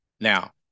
Now